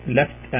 left